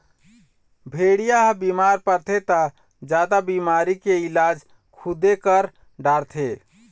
भेड़िया ह बिमार परथे त जादा बिमारी के इलाज खुदे कर डारथे